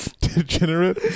degenerate